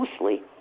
loosely